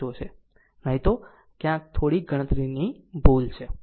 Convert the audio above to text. નહીં તો ક્યાંક થોડીક ગણતરીની ભૂલ હોય છે